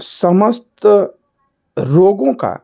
समस्त रोगों का